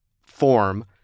form